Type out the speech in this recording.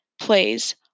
plays